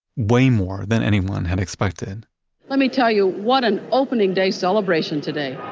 way more than anyone had expected let me tell you, what an opening day celebration today